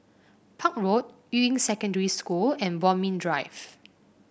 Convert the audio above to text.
Park Road Yuying Secondary School and Bodmin Drive